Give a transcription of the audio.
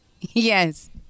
Yes